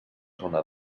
zona